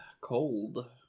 cold